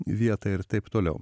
vietą ir taip toliau